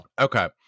okay